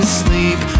sleep